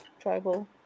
tribal